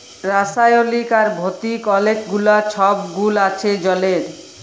রাসায়লিক আর ভতিক অলেক গুলা ছব গুল আছে জলের